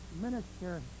minister